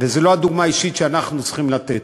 זאת לא הדוגמה האישית שאנחנו צריכים לתת.